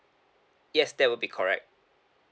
yes that would be correct